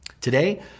Today